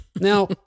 Now-